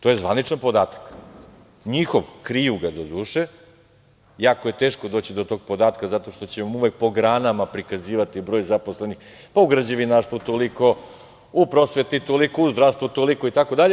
To je zvaničan podatak, njihov, kriju ga do duše, jako je teško doći do tog podatka, zato što će vam uvek po granama prikazivati broj zaposlenih, u građevinarstvu toliko, u prosveti toliko, u zdravstvu toliko itd.